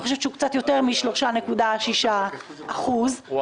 שלדעתי הוא קצת יותר מ-3.6% אתה